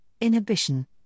inhibition